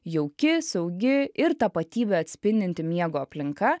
jauki saugi ir tapatybę atspindinti miego aplinka